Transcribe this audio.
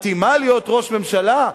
מתאימה להיות ראש ממשלה?